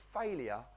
failure